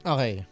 Okay